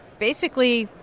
basically,